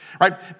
Right